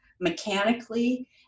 mechanically